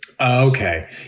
Okay